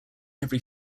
every